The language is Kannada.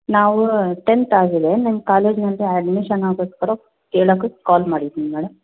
ನಾವು ಟೆಂತ್ ಆಗಿದೆ ನಿಮ್ಮ ಕಾಲೇಜ್ನಲ್ಲಿ ಅಡ್ಮಿಶನ್ ಆಗೋಸ್ಕರ ಕೇಳಕ್ಕೆ ಕಾಲ್ ಮಾಡಿದ್ದೀವಿ ಮೇಡಮ್